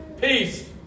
Peace